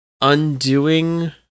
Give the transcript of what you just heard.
undoing